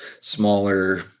smaller